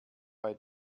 bei